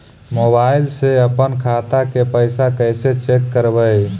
Mobile से अपन खाता के पैसा कैसे चेक करबई?